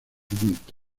aumenta